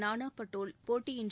நானா பட்டோல் போட்டியின்றி